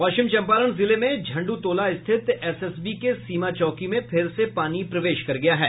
पश्चिम चम्पारण जिले में झंड्रटोला स्थित एसएसबी के सीमा चौकी में फिर से पानी प्रवेश कर गया है